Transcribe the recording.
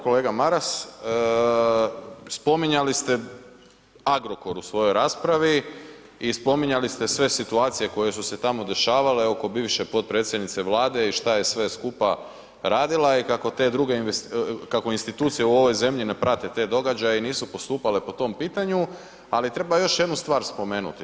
Kolega Maras, spominjali ste Agrokor u svojoj raspravi i spominjali ste sve situacije koje su se tamo dešavale oko bivše potpredsjednice vlade i šta je sve skupa radila i kako institucije u ovoj zemlji ne prate te događaje i nisu postupale po tom pitanju, ali treba još jednu stvar spomenuti.